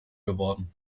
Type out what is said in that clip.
geworden